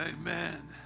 Amen